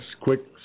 quick